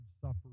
suffering